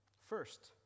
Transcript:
First